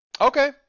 Okay